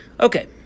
Okay